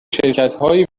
شرکتهایی